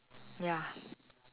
ya